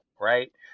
right